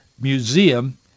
Museum